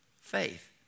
faith